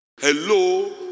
hello